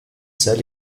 seuls